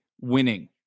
winning